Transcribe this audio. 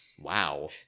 Wow